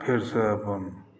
फेरसँ अपन